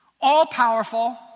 all-powerful